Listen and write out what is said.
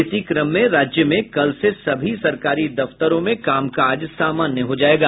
इसी क्रम में राज्य में कल से सभी सरकारी दफ्तरों में कामकाज सामान्य हो जायेगा